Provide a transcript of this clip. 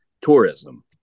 tourism